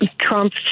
Trump